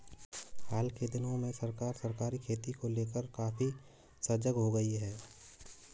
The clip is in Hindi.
हाल के दिनों में सरकार सहकारी खेती को लेकर काफी सजग हो गई है